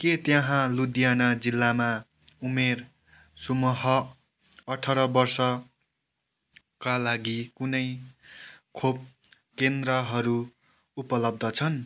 के त्यहाँ लुधियाना जिल्लामा उमेर समूह अठार वर्षका लागि कुनै खोप केन्द्रहरू उपलब्ध छन्